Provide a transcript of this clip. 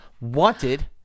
wanted